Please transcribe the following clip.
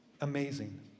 amazing